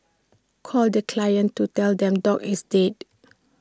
calls the clients to tell them dog is dead